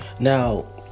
Now